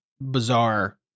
bizarre